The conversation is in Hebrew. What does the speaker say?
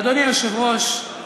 אדוני היושב-ראש,